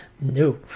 No